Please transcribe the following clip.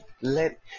Let